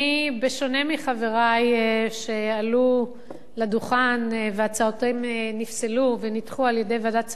בשונה מחברי שעלו לדוכן והצעותיהם נפסלו ונדחו על-ידי ועדת שרים,